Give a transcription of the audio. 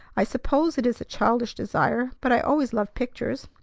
i suppose it is a childish desire, but i always loved pictures.